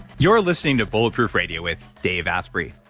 you're listening to bulletproof radio with dave asprey.